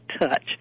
touch